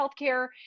healthcare